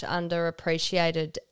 underappreciated